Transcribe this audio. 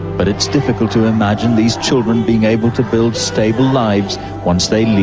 but it's difficult to imagine these children being able to build stable lives once they